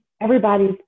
everybody's